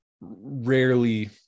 rarely